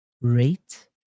rate